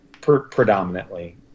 predominantly